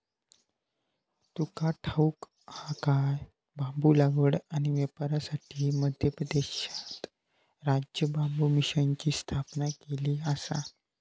तुका ठाऊक हा काय?, बांबू लागवड आणि व्यापारासाठी मध्य प्रदेशात राज्य बांबू मिशनची स्थापना केलेली आसा